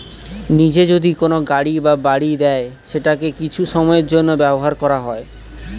নিজে যদি কোনো গাড়ি বা বাড়ি দেয় সেটাকে কিছু সময়ের জন্য ব্যবহার করা হয়